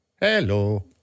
Hello